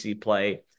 play